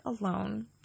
alone